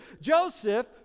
Joseph